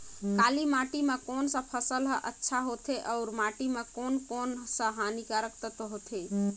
काली माटी मां कोन सा फसल ह अच्छा होथे अउर माटी म कोन कोन स हानिकारक तत्व होथे?